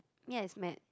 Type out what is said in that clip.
yes man